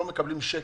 הם לא מקבלים שקל,